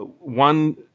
one